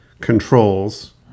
controls